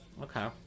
Okay